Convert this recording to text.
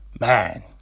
Man